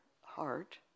heart